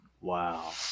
Wow